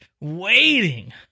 waiting